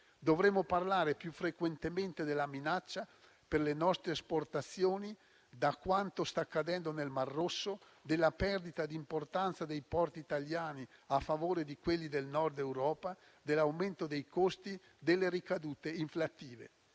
Dovremmo parlare più frequentemente della minaccia che per le nostre esportazioni costituisce quanto sta accadendo nel Mar Rosso e della perdita di importanza dei porti italiani a favore di quelli del Nord Europa, dell'aumento dei costi e delle ricadute inflattive.